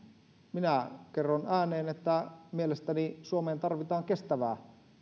minä kerron ääneen että mielestäni suomeen tarvitaan kestävää